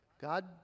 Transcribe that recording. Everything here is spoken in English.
God